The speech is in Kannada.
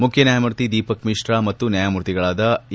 ಮುಖ್ಯ ನ್ಯಾಯಮೂರ್ತಿ ದೀಪಕ್ ಮಿಶ್ರಾ ಮತ್ತು ನ್ಯಾಯಮೂರ್ತಿಗಳಾದ ಎ